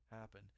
happen